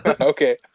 okay